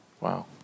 Wow